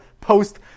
post